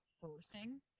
forcing